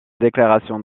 déclaration